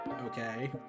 Okay